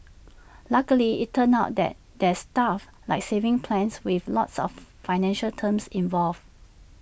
luckily IT turns out that there's stuff like savings plans with lots of financial terms involved